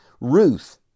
Ruth